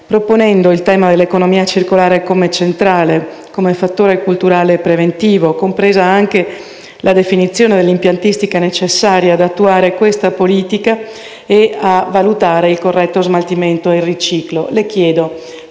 proponendo il tema dell'economia circolare come centrale, come fattore culturale preventivo, compresa anche la definizione dell'impiantistica necessaria ad attuare questa politica e a valutare il corretto smaltimento del riciclo.